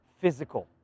physical